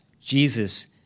Jesus